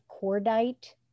cordite